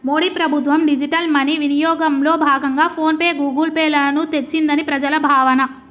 మోడీ ప్రభుత్వం digital money వినియోగంలో భాగంగా ఫోన్ పే, గూగుల్ పే లను తెచ్చిందని ప్రజల భావన